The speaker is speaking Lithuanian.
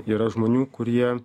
yra žmonių kurie